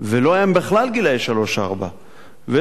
ולא היה להם בכלל לגילאי שלוש-ארבע,